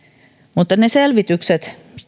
mutta ne selvitykset